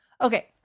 Okay